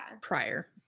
prior